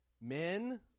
Men